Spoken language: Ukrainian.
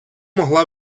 могла